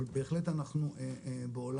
אבל בהחלט אנחנו בעולם